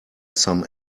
some